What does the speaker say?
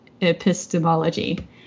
epistemology